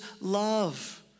love